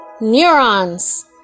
neurons